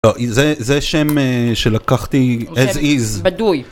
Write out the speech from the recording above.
זה שם שלקחתי, as is. בדוי.